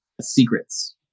secrets